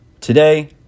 today